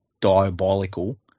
diabolical